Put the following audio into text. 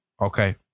okay